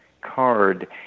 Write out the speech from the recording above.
card